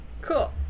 Cool